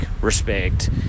respect